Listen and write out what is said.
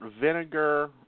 vinegar